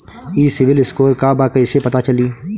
ई सिविल स्कोर का बा कइसे पता चली?